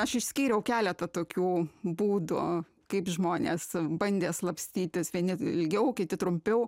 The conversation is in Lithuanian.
aš išskyriau keletą tokių būdų kaip žmonės bandė slapstytis vieni ilgiau kiti trumpiau